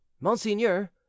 Monseigneur